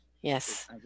Yes